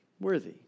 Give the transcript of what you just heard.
worthy